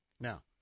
Now